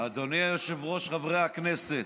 אדוני היושב-ראש, חברי הכנסת,